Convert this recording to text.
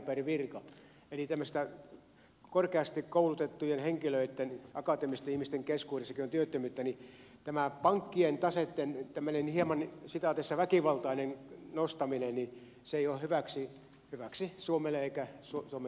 eli tämmöisten korkeasti koulutettujen henkilöitten akateemisten ihmisten keskuudessakin on työttömyyttä niin että tämä pankkien taseitten tämmöinen hieman väkivaltainen nostaminen ei ole hyväksi suomelle eikä suutuimme